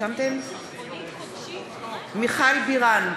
מיכל בירן,